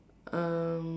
um